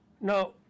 Now